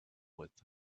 with